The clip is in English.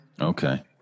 Okay